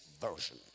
Version